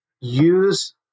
Use